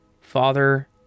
father